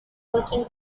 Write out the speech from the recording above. working